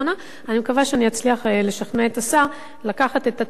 אני מקווה שאני אצליח לשכנע את השר לקחת את הצעת החוק שלי,